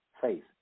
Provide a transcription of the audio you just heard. faith